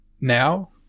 now